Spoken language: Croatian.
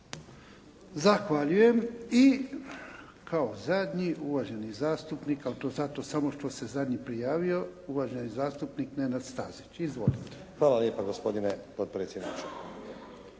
Ivan (HDZ)** I kao zadnji uvaženi zastupnik, ali to zato samo što se zadnji prijavio. Uvaženi zastupnik Nenad Stazić. Izvolite. **Stazić, Nenad